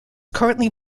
currently